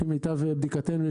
לפי מיטב בדיקתנו,